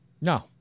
No